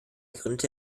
gründete